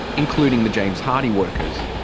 including the james hardie workers.